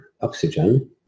oxygen